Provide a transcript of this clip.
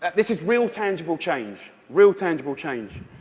this is real, tangible change, real, tangible change.